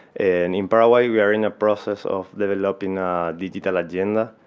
and in paraguay, we are in the process of developing a digital agenda,